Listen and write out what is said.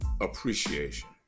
appreciation